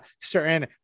certain